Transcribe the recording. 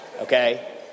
Okay